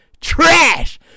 Trash